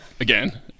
Again